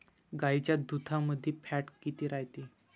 गाईच्या दुधामंदी फॅट किती रायते?